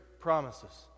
promises